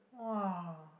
!wah!